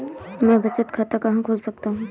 मैं बचत खाता कहाँ खोल सकता हूँ?